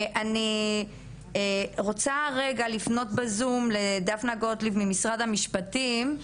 אני רוצה רגע לפנות בזום לדפנה גוטליב ממשרד המשפטים,